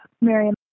Miriam